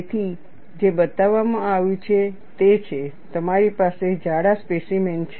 તેથી જે બતાવવામાં આવ્યું છે તે છે તમારી પાસે જાડા સ્પેસીમેન છે